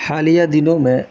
حالیہ دنوں میں